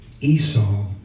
Esau